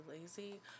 lazy